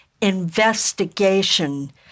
investigation